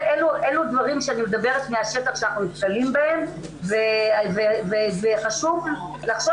אלה דברים שאני מדברת מהשטח שאנחנו נתקלים בהם וחשוב לחשוב